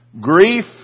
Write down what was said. grief